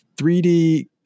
3D